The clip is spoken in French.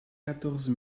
quatorze